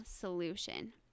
solution